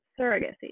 surrogacy